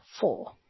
four